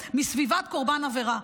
מסביבת קורבן העבירה,